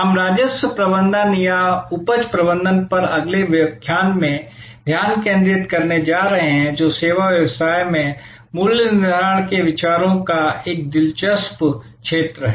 हम राजस्व प्रबंधन या उपज प्रबंधन पर अगले व्याख्यान में ध्यान केंद्रित करने जा रहे हैं जो सेवा व्यवसाय में मूल्य निर्धारण के विचारों का एक दिलचस्प क्षेत्र है